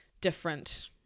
different